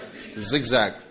zigzag